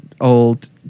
old